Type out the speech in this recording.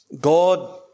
God